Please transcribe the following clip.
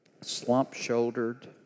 slump-shouldered